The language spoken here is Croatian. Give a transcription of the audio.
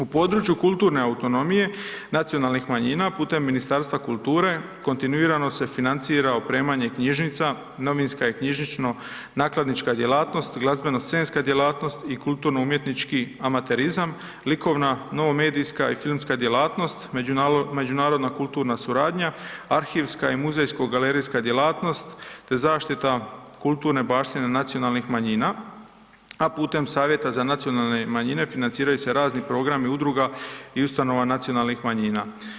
U području kulturne autonomije nacionalnih manjina putem Ministarstva kulture, kontinuirane se financira opremanje knjižnica, novinska i knjižnično-nakladnička djelatnost, glazbeno-scenska djelatnost i kulturno-umjetnički amaterizam, likovna, novo-medijska i filmska djelatnost, međunarodna kulturna suradnja, arhivska i muzejsko-galerijska djelatnost te zaštita kulturne baštine nacionalnih manjina a putem Savjeta za nacionalne manjine, financiraju se razni programi udruga i ustanova nacionalnih manjina.